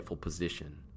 position